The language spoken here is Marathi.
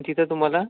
तिथं तुम्हाला